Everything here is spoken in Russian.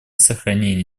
сохранения